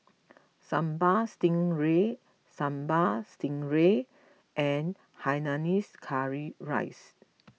Sambal Stingray Sambal Stingray and Hainanese Curry Rice